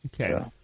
Okay